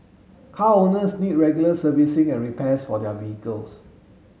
car owners need regular servicing and repairs for their vehicles